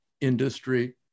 industry